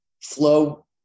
Flow